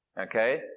Okay